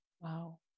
Wow